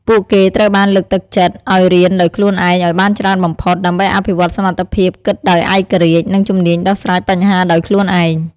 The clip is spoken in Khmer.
ពួកគេត្រូវបានលើកទឹកចិត្តឲ្យរៀនដោយខ្លួនឯងឲ្យបានច្រើនបំផុត ដើម្បីអភិវឌ្ឍសមត្ថភាពគិតដោយឯករាជ្យ និងជំនាញដោះស្រាយបញ្ហាដោយខ្លួនឯង។